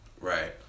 Right